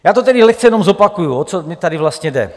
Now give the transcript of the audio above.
Já to tedy lehce jenom zopakuju, o co mi tady vlastně jde.